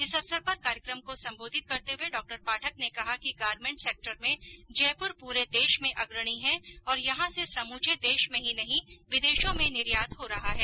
इस अवसर पर कार्यक्रम को संबोधित करते हुए डॉ पाठक ने कहा कि गारमेंट सेक्टर में जयपुर पूरे देश में अग्रणी है और यहां से समूचे देश में ही नहीं विदेशों में निर्यात हो रहा है